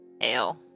ale